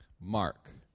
Mark